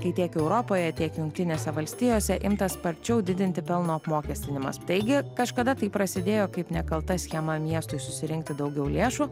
kai tiek europoje tiek jungtinėse valstijose imtas sparčiau didinti pelno apmokestinimas taigi kažkada tai prasidėjo kaip nekalta schema miestui susirinkti daugiau lėšų